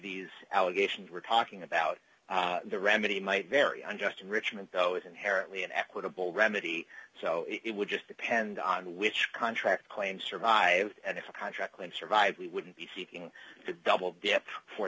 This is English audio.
these allegations we're talking about the remedy might very unjust enrichment though is inherently an equitable remedy so it would just depend on which contract claim survived and if the contract would survive we wouldn't be seeking to double dip for